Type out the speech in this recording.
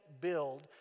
build